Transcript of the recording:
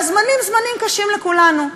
והזמנים זמנים קשים לכולנו.